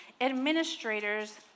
administrators